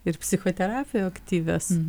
ir psichoterapijoj aktyvios